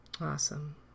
Awesome